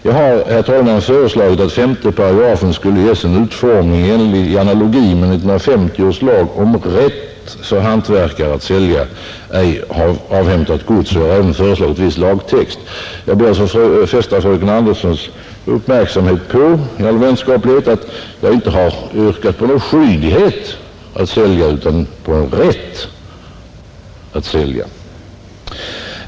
Jag har, herr talman, föreslagit att 5 § skulle ges en utformning i analogi med 1950 års lag om rätt för hantverkare att sälja ej avhämtat gods, och jag har även föreslagit viss lagtext. Jag ber i all vänskaplighet att få fästa fröken Andersons i Lerum uppmärksamhet på att jag inte har yrkat på någon skyldighet för köparen att sälja utan en rätt att sälja.